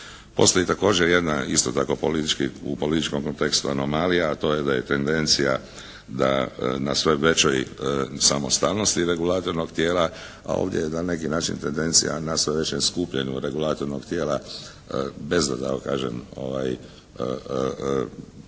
Postoji također jedna isto tako politički, u političkom kontekstu anomalija a to je da je tendencija da na sve većoj samostalnosti regulatornog tijela, a ovdje je na neki način tendencija na sve većem skupljanju regulatornog dijela bez da tako kažem autonomije